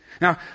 Now